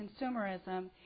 consumerism